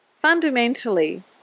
Fundamentally